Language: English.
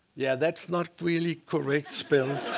yeah, that's not really correctly spelled.